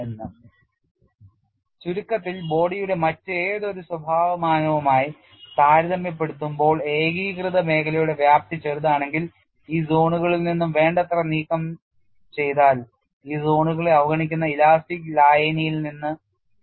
Interrelationship of Fracture Parameters ചുരുക്കത്തിൽ body യുടെ മറ്റേതൊരു സ്വഭാവ മാനവുമായി താരതമ്യപ്പെടുത്തുമ്പോൾ ഏകീകൃത മേഖലയുടെ വ്യാപ്തി ചെറുതാണെങ്കിൽ ഈ സോണുകളിൽ നിന്ന് വേണ്ടത്ര നീക്കംചെയ്താൽ ഈ സോണുകളെ അവഗണിക്കുന്ന ഇലാസ്റ്റിക് ലായനിയിൽ നിന്ന് വളരെ കുറച്ച് മാത്രമേ രൂപഭേദം സംഭവിക്കുകയുള്ളൂ